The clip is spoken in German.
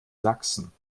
sachsen